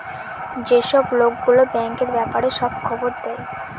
যেসব লোক গুলো ব্যাঙ্কের ব্যাপারে সব খবর দেয়